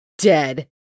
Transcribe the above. dead